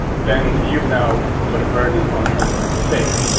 then you've now put a burden on her that's unfair.